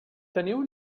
teniu